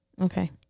Okay